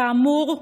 כאמור,